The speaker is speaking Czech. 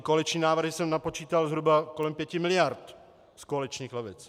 Koaliční návrhy napočítal jsem zhruba kolem pěti miliard z koaličních lavic.